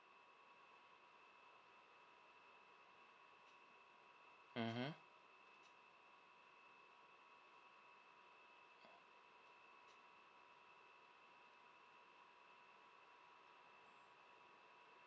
mmhmm